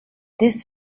this